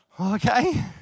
Okay